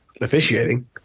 officiating